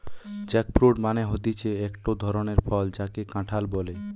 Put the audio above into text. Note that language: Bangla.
জ্যাকফ্রুট মানে হতিছে একটো ধরণের ফল যাকে কাঁঠাল বলে